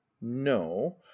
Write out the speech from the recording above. no